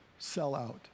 sellout